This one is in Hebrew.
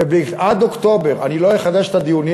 ועד אוקטובר אני לא אחדש את הדיונים,